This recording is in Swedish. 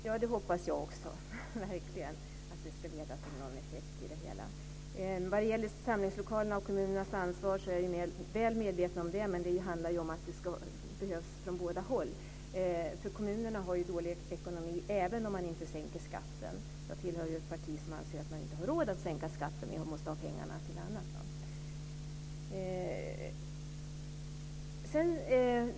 Herr talman! Jag hoppas verkligen också att detta ska leda till någon effekt. Vad det gäller samlingslokalerna och kommunernas ansvar är jag väl medveten om detta. Men det handlar ju om att det behövs från båda håll. Kommunerna har ju dålig ekonomi även om man inte sänker skatten. Jag tillhör ett parti som anser att man inte har råd att sänka skatten. Vi måste ha pengarna till annat.